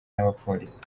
n’abapolisi